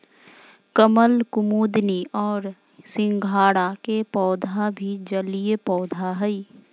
कमल, कुमुदिनी और सिंघाड़ा के पौधा भी जलीय पौधा हइ